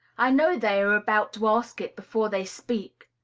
i know they are about to ask it before they speak.